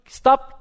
stop